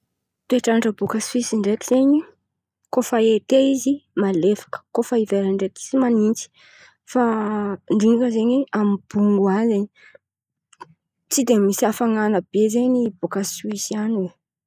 Toetrandra baka Sohisy ndreky zen̈y koa fa ete izy malefaka, koa fa livera ndreky tsy manintsy fa ndrindra zen̈y amin’ny bongo an̈y zen̈y tsy de misy afanan̈a be zen̈y baka Sohisy an̈y.